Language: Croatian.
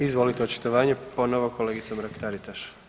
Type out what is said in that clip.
Izvolite očitovanje, ponovo kolegica Mrak Taritaš.